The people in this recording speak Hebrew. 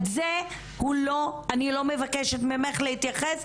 לזה אני לא מבקשת ממך להתייחס,